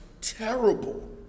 terrible